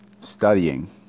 studying